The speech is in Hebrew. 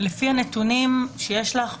לפי הנתונים שיש לך,